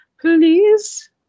please